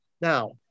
Now